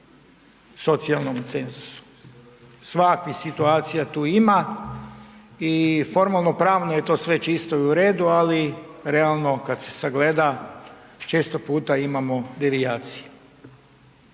socijalnom cenzusu. Svakakvih situacija tu ima i formalno pravno je to sve čisto i u redu, ali realno kad se sagleda često puta imamo devijacije.